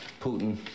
Putin